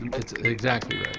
that's exactly